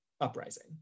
uprising